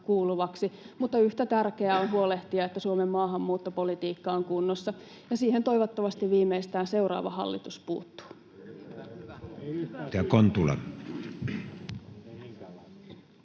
mutta yhtä tärkeää on huolehtia, että Suomen maahanmuuttopolitiikka on kunnossa, ja siihen toivottavasti viimeistään seuraava hallitus puuttuu.